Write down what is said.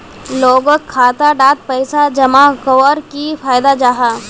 लोगोक खाता डात पैसा जमा कवर की फायदा जाहा?